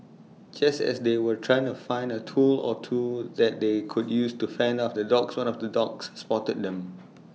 just as they were trying to find A tool or two that they could use to fend off the dogs one of the dogs spotted them